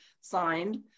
signed